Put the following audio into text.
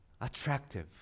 attractive